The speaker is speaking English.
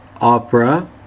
Opera